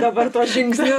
dabar tuo žingsniu